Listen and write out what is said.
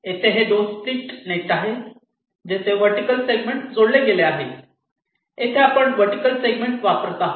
येथे हे 2 split net आहेत जेथे वर्टीकल सेगमेंट जोडत आहेत येथे आपण वर्टीकल सेगमेंट वापरत आहोत